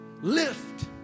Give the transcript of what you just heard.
lift